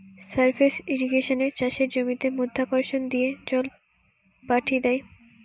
surface ইর্রিগেশনে চাষের জমিতে মাধ্যাকর্ষণ দিয়ে জল পাঠি দ্যায়